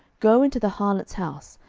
go into the harlot's house,